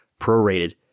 prorated